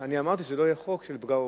אני אמרתי שלא יהיה חוק של פגע וברח.